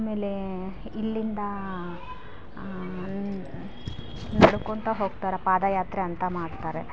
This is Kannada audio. ಆಮೇಲೆ ಇಲ್ಲಿಂದ ನಡುಕೊತಾ ಹೋಗ್ತಾರೆ ಪಾದಯಾತ್ರೆ ಅಂತ ಮಾಡ್ತಾರೆ